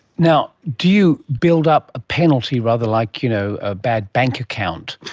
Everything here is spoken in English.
now, do you build up a penalty rather like you know a bad bank account,